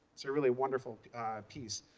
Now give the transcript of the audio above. it's a really wonderful piece.